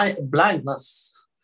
blindness